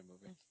movie